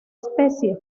especie